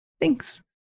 thanks